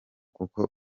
kuko